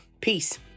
Peace